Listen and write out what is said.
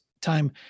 time